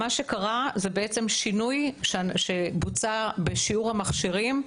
מה שקרה זה שינוי שבוצע בשיעור המכשירים.